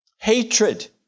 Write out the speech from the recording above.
Hatred